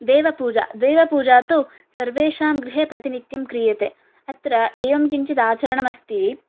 देवपूजा देवपूजा तु सर्वेषां गृहे प्रतिनित्यं क्रियते अत्र एवं किञ्चित् आचरणमस्ति